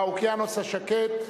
מהאוקיינוס השקט.